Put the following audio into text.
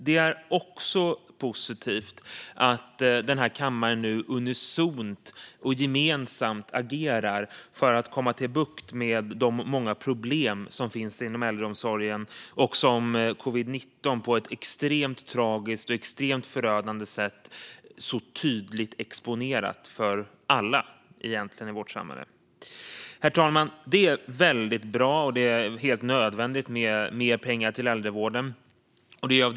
Det är också positivt att kammaren nu unisont och gemensamt agerar för att få bukt med de många problem som finns inom äldreomsorgen och som covid-19 på ett extremt tragiskt och förödande sätt så tydligt exponerat för alla i vårt samhälle. Det är väldigt bra och helt nödvändigt med mer pengar till äldrevården, herr talman.